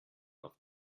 auf